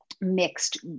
mixed